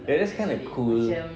that is kind of cool